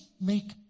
make